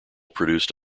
produce